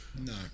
No